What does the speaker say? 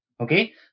okay